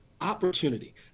opportunity